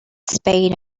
spain